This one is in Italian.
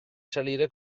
salire